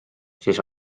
siis